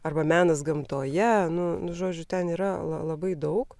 arba menas gamtoje nu nu žodžiu ten yra labai daug